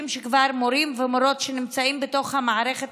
שהם כבר מורים ומורות שנמצאים בתוך המערכת,